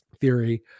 theory